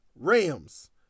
Rams